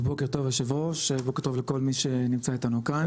אז בוקר טוב יושב ראש בוקר טוב לכל מי שנמצא איתנו כאן.